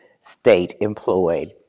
state-employed